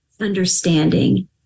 understanding